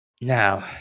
Now